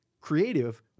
Creative